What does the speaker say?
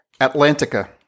atlantica